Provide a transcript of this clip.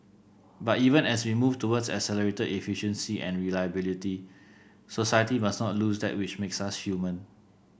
but even as we move towards accelerated efficiency and reliability society must not lose that which makes us human